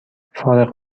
فارغ